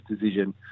decision